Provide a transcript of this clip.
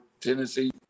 Tennessee